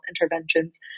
interventions